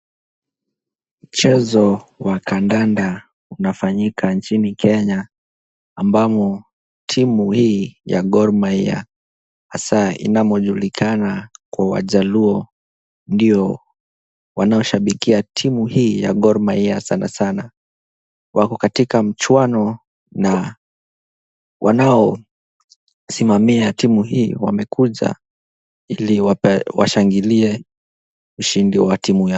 Mchezo wa kandanda unafanyika nchini Kenya ambamo timu hii ya Gor Mahia hasa inamojulikana kwa wajaluo ndio wanaoshabikia timu hii ya Gor Mahia sanasana. Wako katika mchuano na wanaosimamia timu hii wamekuja ili washangilie ushindi wa timu yao.